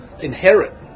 inherit